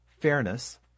fairness